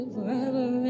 Forever